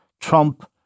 Trump